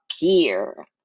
appear